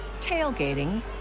tailgating